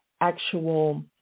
actual